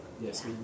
Yes